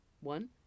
One